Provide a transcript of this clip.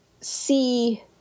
see